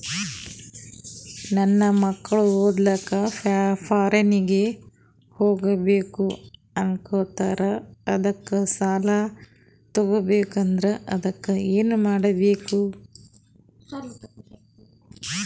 ನನ್ನ ಮಕ್ಕಳು ಓದ್ಲಕ್ಕ ಫಾರಿನ್ನಿಗೆ ಹೋಗ್ಬಕ ಅನ್ನಕತ್ತರ, ಅದಕ್ಕ ಸಾಲ ತೊಗೊಬಕಂದ್ರ ಅದಕ್ಕ ಏನ್ ಕೊಡಬೇಕಾಗ್ತದ್ರಿ?